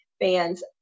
fans